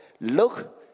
look